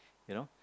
you know